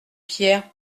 pierre